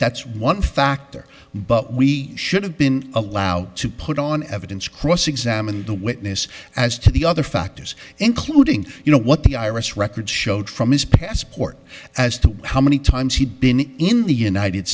that's one factor but we should have been allowed to put on evidence cross examine the witness as to the other factors including you know what the i r s records showed from his passport as to how many times he'd been in the united